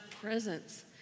presence